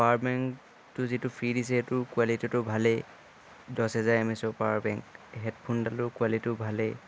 power বেংকটো যিটো free দিছে সেইটোৰ কোৱালিটিটো ভালেই দহ হেজাৰ এমএইচৰ পাৱাৰ বেংক হেডফোনডালৰো কোৱালিটিও ভালেই